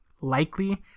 likely